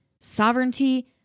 Sovereignty